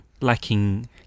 lacking